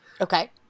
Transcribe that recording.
Okay